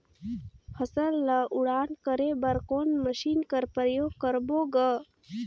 फसल ल उड़ान करे बर कोन मशीन कर प्रयोग करबो ग?